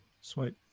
Sweet